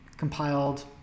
compiled